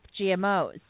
GMOs